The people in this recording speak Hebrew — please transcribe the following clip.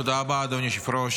תודה רבה, אדוני היושב-ראש.